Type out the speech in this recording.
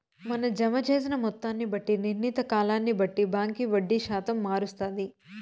మన జమ జేసిన మొత్తాన్ని బట్టి, నిర్ణీత కాలాన్ని బట్టి బాంకీ వడ్డీ శాతం మారస్తాది